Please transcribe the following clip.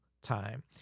time